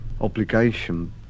obligation